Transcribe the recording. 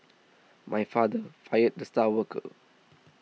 my father fired the star worker